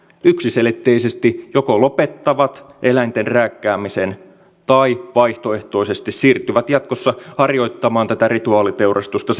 yksiselitteisesti joko lopettavat eläinten rääkkäämisen tai vaihtoehtoisesti siirtyvät jatkossa harjoittamaan tätä rituaaliteurastusta